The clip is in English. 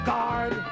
Guard